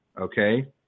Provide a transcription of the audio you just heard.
okay